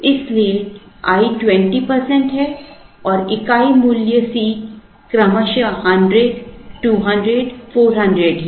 इसलिए i 20 प्रतिशत है और इकाई मूल्य C क्रमशः 100 200 400 है